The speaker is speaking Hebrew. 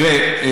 תראה,